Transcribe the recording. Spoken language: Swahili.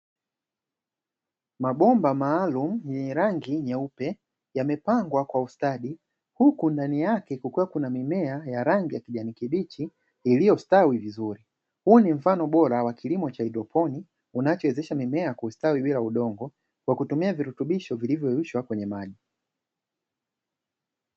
Mabomba maalumu yenye rangi nyeupe, yamepangwa kwa ustadi huku ndani yake kukiwa na mimea ya rangi ya kijani kibichi iliyostawi vizuri, huu ni mfano bora wa kilimo cha haidroponi, unachowezesha mimea kustawi bila udongo kwa kutumia virutubisho vilivyoyeyushwa kwenye maji.